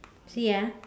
see ah